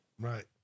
Right